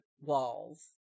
walls